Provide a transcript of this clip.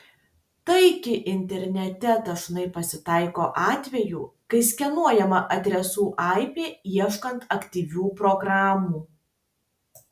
taigi internete dažnai pasitaiko atvejų kai skenuojama adresų aibė ieškant aktyvių programų